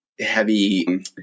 heavy